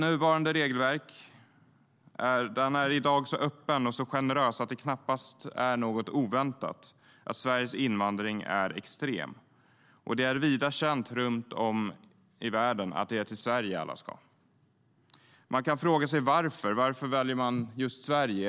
Nuvarande regelverk är i dag så öppet och så generöst att det knappast är något oväntat att Sveriges invandring är extrem. Det är vida känt runt om i världen att det är till Sverige alla ska. Man kan fråga sig varför. Varför väljer man just Sverige?